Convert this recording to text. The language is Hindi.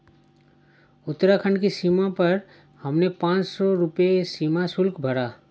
उत्तराखंड की सीमा पर हमने पांच सौ रुपए सीमा शुल्क भरा